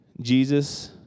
Jesus